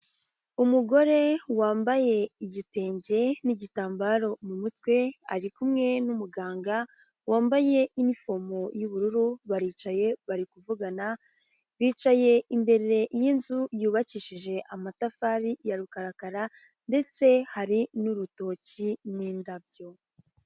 Umugore wambaye igitenge n'igitambaro mu mutwe, ari kumwe n'umuganga wambaye inifomu y'ubururu baricaye bari kuvugana, bicaye imbere y'inzu yubakishije amatafari ya rukarakara ndetse hari n'urutoki n'indabyo.